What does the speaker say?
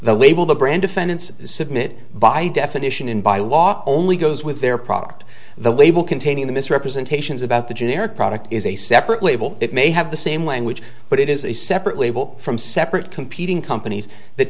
the label the brand defendants submitted by definition in by law only goes with their product the label containing the misrepresentations about the generic product is a separate label it may have the same language but it is a separate label from separate competing companies that